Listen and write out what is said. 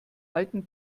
alten